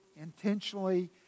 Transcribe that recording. intentionally